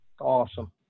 Awesome